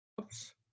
Oops